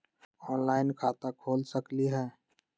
Online खाता खोल सकलीह?